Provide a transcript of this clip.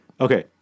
Okay